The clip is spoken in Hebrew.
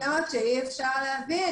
אני לא אומרת שאי אפשר להביא.